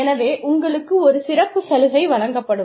எனவே உங்களுக்கு ஒரு சிறப்புச் சலுகை வழங்கப்படும்